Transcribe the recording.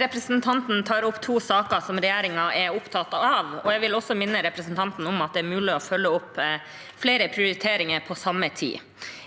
Representanten tar opp to saker som regjeringen er opptatt av, og jeg vil også minne representanten om at det er mulig å følge opp flere prioriteringer på samme tid.